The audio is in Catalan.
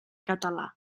català